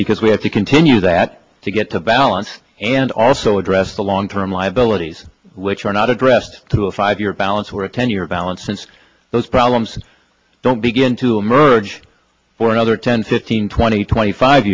because we have to continue that to get to balance and also address the long term liabilities which are not addressed through a five year balance or a ten year balance since those problems don't begin to emerge for another ten fifteen twenty twenty five